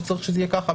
שצריך שזה יהיה כך וכך,